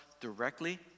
directly